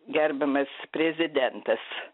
gerbiamas prezidentas